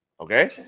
okay